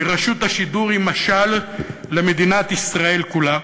כי רשות השידור היא משל למדינת ישראל כולה,